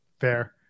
Fair